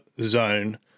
zone